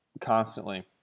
constantly